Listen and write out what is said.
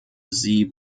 sie